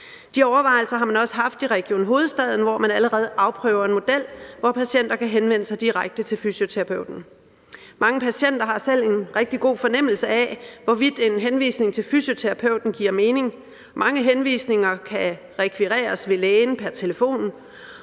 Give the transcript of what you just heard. De overvejelser har man også haft i Region Hovedstaden, hvor man allerede afprøver en model, hvor patienter kan henvende sig direkte til fysioterapeuten. Mange patienter har selv en rigtig god fornemmelse af, hvorvidt en henvisning til fysioterapeuten giver mening. Mange henvisninger kan rekvireres ved lægen pr. telefon,